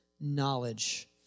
knowledge